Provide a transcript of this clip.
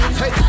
hey